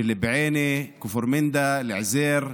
של בועינה, כפר מנדא, אל-עוזייר,